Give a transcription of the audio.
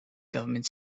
government